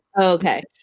okay